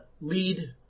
lead